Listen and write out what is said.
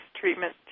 treatment